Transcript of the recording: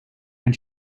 and